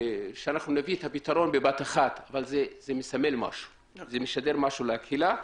שנביא את הפתרון בבת אחת אבל זה יסמל משהו וישדר משהו לקהילה.